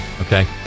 okay